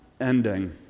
ending